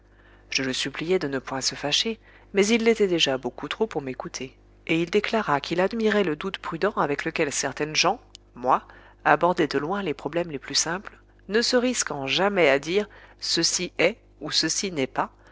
je le suppliai de ne point se fâcher mais il l'était déjà beaucoup trop pour m'écouter et il déclara qu'il admirait le doute prudent avec lequel certaines gens moi abordaient de loin les problèmes les plus simples ne se risquant jamais à dire ceci est ou ceci n'est pas